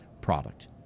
product